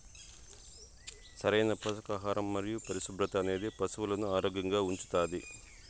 సరైన పోషకాహారం మరియు పరిశుభ్రత అనేది పశువులను ఆరోగ్యంగా ఉంచుతాది